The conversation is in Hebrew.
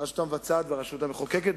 הרשות המבצעת והרשות המחוקקת,